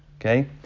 Okay